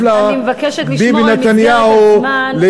אני מבקשת לשמור על מסגרת הזמן.